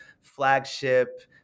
flagship